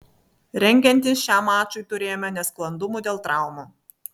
rengiantis šiam mačui turėjome nesklandumų dėl traumų